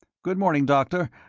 good morning, doctor.